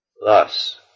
Thus